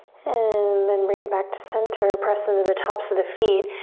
and then bring it back to center, press into the tops of the feet.